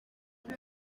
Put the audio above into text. eric